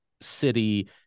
city